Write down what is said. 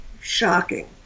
shocking